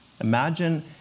Imagine